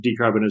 decarbonization